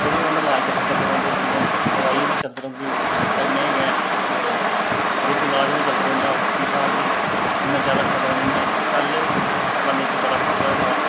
दोनो इलाज कट्ठे चलदे रौह्दे जियां इलाज चलदा रौंह्दा कन्नै गै देस्सी इलाज बी चलदा रौंह्दा इंसान गी इन्ना जादा खतरा नी ऐ हून पैह्ले जमाने च बड़ा खतरा होंदा हा